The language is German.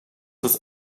ist